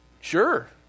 sure